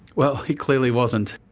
well, he clearly wasn't.